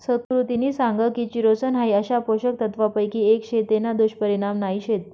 सुकृतिनी सांग की चिरोसन हाई अशा पोषक तत्वांपैकी एक शे तेना दुष्परिणाम नाही शेत